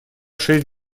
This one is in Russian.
шесть